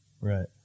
Right